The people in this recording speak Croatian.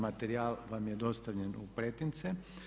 Materijal vam je dostavljen u pretince.